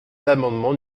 l’amendement